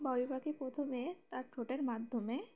বাবুই পাখি প্রথমে তার ঠোঁটের মাধ্যমে